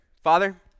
Father